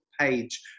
page